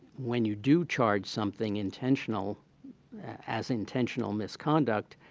when you do charge something intentional as intentional misconduct,